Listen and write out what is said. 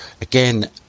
again